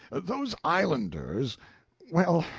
those islanders well,